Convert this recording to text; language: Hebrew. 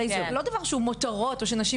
זה הרי לא דבר שהוא מותרות או שנשים